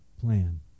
plan